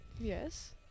Yes